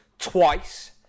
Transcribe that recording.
twice